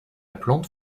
plante